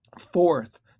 Fourth